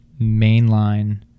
mainline